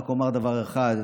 רק אומר דבר אחד,